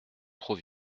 trop